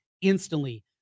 instantly